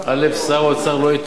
שר האוצר לא התעורר בבוקר.